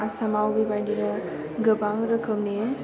आसामाव बेबादिनो गोबां रोखोमनि